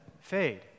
fade